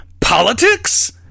politics